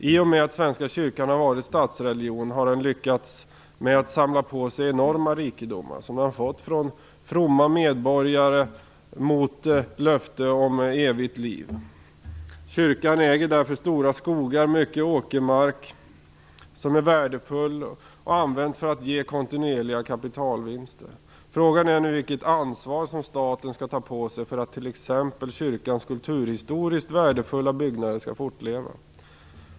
I och med att Svenska kyrkans lära har varit statsreligion har Svenska kyrkan lyckats samla på sig enorma rikedomar, som den fått från fromma medborgare mot löfte om evigt liv. Kyrkan äger därför stora skogar och mycken värdefull åkermark, som används för att ge kontinuerliga kapitalvinster. Frågan är nu vilket ansvar staten skall ta på sig för att t.ex. kyrkans kulturhistoriskt värdefulla byggnader skall fortleva.